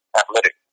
athletic